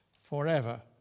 forever